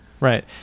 Right